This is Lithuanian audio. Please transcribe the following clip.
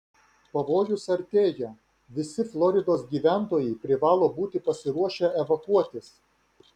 pavojus artėja visi floridos gyventojai privalo būti pasiruošę evakuotis